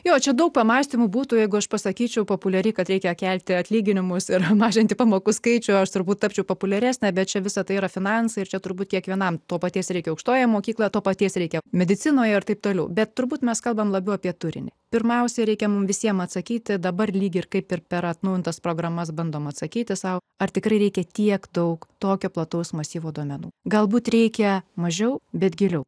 jo čia daug pamąstymų būtų jeigu aš pasakyčiau populiariai kad reikia kelti atlyginimus ir mažinti pamokų skaičių aš turbūt tapčiau populiaresnė bet čia visa tai yra finansai ir čia turbūt kiekvienam to paties reikia aukštojoje mokykloje to paties reikia medicinoje ir taip toliau bet turbūt mes kalbame labiau apie turinį pirmiausia reikiamų visiems atsakyti dabar lygiai kaip ir per atnaujintas programas bandoma atsakyti sau ar tikrai reikia tiek daug tokio plataus masyvo duomenų galbūt reikia mažiau bet giliau